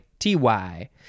T-Y